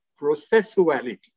processuality